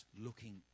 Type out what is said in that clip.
looking